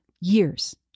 years